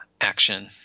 action